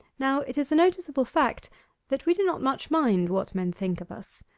now it is a noticeable fact that we do not much mind what men think of us,